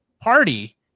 party